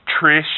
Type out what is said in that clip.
Trish